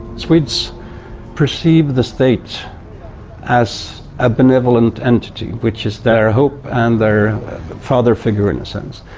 swedes perceived the state as a benevolent entity, which is their hope and their father figure, in a sense.